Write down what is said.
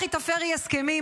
לכי תפרי הסכמים,